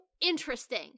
interesting